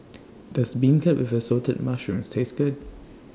Does Beancurd with Assorted Mushrooms Taste Good